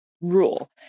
rule